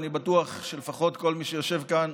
ואני בטוח שלפחות כל מי שיושב כאן